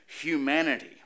humanity